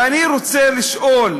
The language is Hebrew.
ואני רוצה לשאול,